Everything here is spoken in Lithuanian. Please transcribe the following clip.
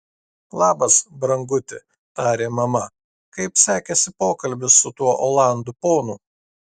labas branguti tarė mama kaip sekėsi pokalbis su tuo olandų ponu